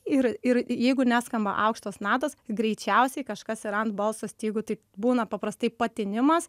ir ir jeigu neskamba aukštos natos greičiausiai kažkas yra ant balso stygų tai būna paprastai patinimas